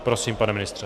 Prosím, pane ministře.